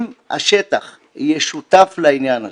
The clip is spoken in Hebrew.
אם השטח יהיה שותף לעניין הזה,